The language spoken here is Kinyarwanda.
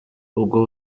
ubwo